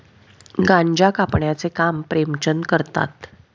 गांजा कापण्याचे काम प्रेमचंद करतात